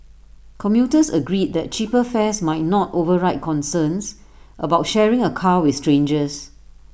commuters agreed that cheaper fares might not override concerns about sharing A car with strangers